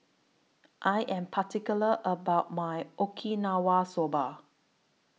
I Am particular about My Okinawa Soba